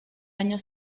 año